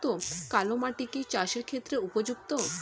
কালো মাটি কি চাষের ক্ষেত্রে উপযুক্ত?